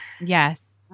Yes